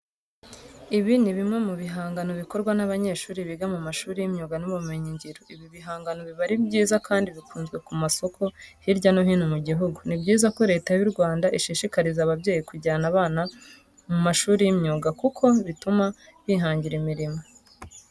Ibi ni bimwe mu bihangano bikorwa n'abanyeshuri biga mu mashuri y'imyuga n'ubumenyingiro. Ibi bihangano biba ari byiza kandi bikunzwe ku masoko hirya no hino mu gihugu. Ni byiza ko Leta y'u Rwanda ishishikariza ababyeyi kujyana abana mu mashuri y'imyuga kuko bituma bihangira imirimo.